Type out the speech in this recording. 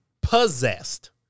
possessed